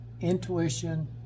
intuition